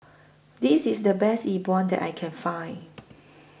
This IS The Best Yi Bua that I Can Find